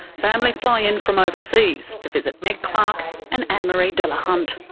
family fly in from overseas to visit meg clark and anne-marie delahunt.